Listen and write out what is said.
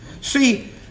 See